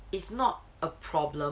it's not a problem